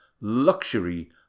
Luxury